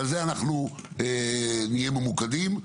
על זה אנחנו נהיה ממוקדים.